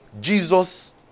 Jesus